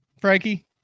Frankie